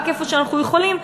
רק איפה שאנחנו יכולים,